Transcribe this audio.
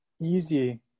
easy